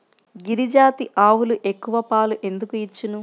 గిరిజాతి ఆవులు ఎక్కువ పాలు ఎందుకు ఇచ్చును?